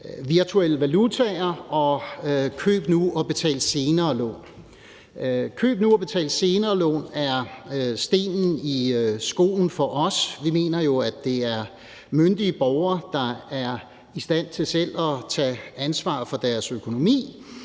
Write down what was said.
virtuelle valutaer og køb nu, betal senere-lån. Køb nu, betal senere-lån er stenen i skoen for os. Vi mener jo, at det er myndige borgere, der er i stand til selv at tage ansvar for deres økonomi,